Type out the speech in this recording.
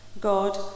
God